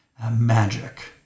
Magic